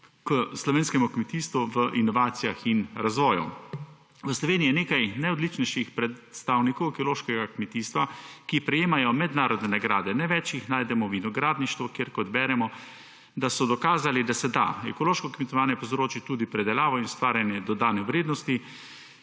k slovenskemu kmetijstvu v inovacijah in razvoju. V Sloveniji je nekaj najodličnejših predstavnikov ekološkega kmetijstva, ki prejemajo mednarodne nagrade. Največ jih najdemo v vinogradništvu, kjer kot beremo, so dokazali, da se da. Ekološko kmetovanje povzroči tudi predelavo in ustvarjanje dodane vrednosti